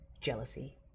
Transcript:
Jealousy